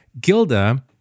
Gilda